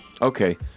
okay